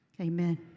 Amen